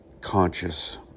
conscious